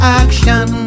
action